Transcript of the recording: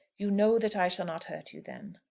you know that i shall not hurt you then.